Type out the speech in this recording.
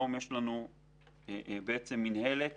יש לנו היום מינהלת